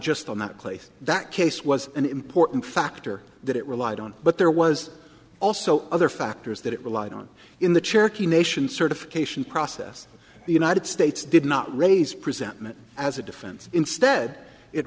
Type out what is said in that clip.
just on that place that case was an important factor that it relied on but there was also other factors that it relied on in the cherokee nation certification process the united states did not raise presentment as a defense instead it